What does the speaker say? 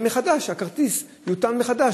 הכרטיס יוטען מחדש,